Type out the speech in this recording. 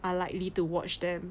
are likely to watch them